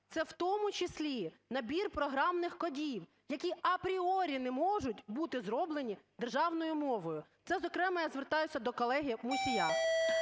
це, в тому числі, набір програмних кодів, які апріорі не можуть бути зроблені державною мовою. Це, зокрема, я звертаюся до колеги Мусія.